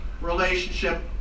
relationship